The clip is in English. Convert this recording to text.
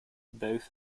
both